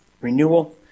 renewal